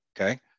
okay